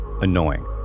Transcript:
annoying